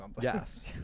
Yes